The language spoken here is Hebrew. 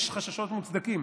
יש חששות מוצדקים,